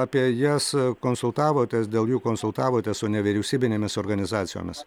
apie jas konsultavotės dėl jų konsultavotės su nevyriausybinėmis organizacijomis